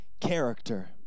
character